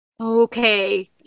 okay